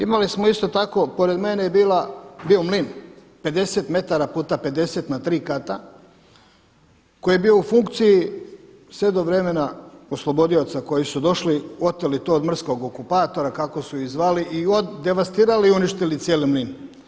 Imali smo isto tako, pored mene je bio mlin, 50 m puta 50 na tri kata koji je bio u funkciji sve do vremena oslobodioca koji su došli, oteli to od mrskog okupatora kako su ih zvali i devastirali i uništili cijeli mlin.